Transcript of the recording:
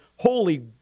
Holy